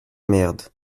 merde